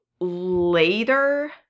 later